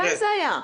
מתי זה היה?